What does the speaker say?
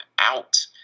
out